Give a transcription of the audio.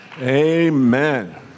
Amen